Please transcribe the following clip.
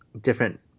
different